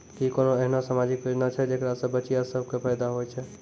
कि कोनो एहनो समाजिक योजना छै जेकरा से बचिया सभ के फायदा होय छै?